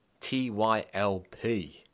tylp